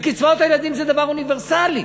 וקצבאות הילדים זה דבר אוניברסלי,